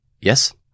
Yes